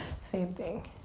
same thing,